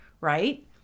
Right